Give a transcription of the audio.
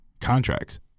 contracts